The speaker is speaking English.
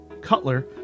Cutler